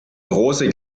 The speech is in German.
große